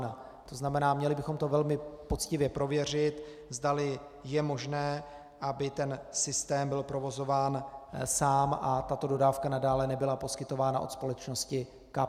To znamená, měli bychom velmi poctivě prověřit, zdali je možné, aby ten systém byl provozován sám a tato dodávka nadále nebyla poskytována od společnosti Kapsch.